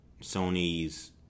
Sony's